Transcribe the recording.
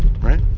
Right